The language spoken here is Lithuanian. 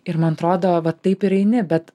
ir man atrodo va taip ir eini bet